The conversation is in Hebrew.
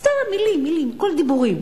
סתם, מלים, מלים, הכול דיבורים.